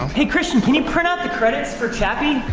um hey christian, can you print out the credits for chappie?